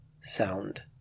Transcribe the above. sound